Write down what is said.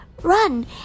run